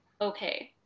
Okay